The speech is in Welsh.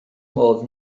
modd